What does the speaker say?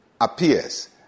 appears